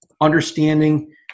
understanding